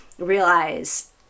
realize